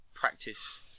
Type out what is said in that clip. practice